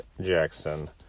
Jackson